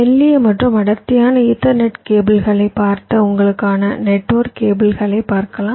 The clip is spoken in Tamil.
மெல்லிய மற்றும் அடர்த்தியான ஈத்தர்நெட் கேபிள்களைப் பார்த்த உங்களுக்கான நெட்வொர்க் கேபிள்களை பார்க்கலாம்